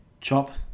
chop